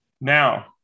Now